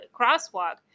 crosswalk